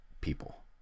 people